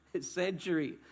century